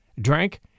drank